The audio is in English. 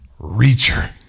Reacher